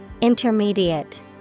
Intermediate